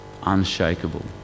unshakable